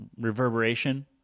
reverberation